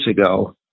ago